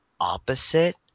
opposite